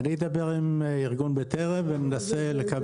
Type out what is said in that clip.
אני אדבר עם ארגון 'בטרם' ואנסה לקבל את הנתונים.